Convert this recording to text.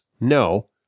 no